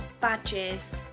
badges